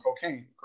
cocaine